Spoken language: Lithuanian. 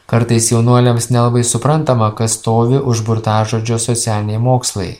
kartais jaunuoliams nelabai suprantama kas stovi už burtažodžio socialiniai mokslai